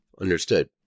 Understood